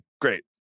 great